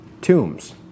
tombs